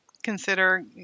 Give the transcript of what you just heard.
consider